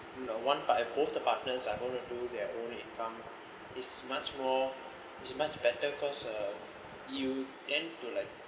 no one but both the partners want to do their own income is much more is much better cause uh you tend to like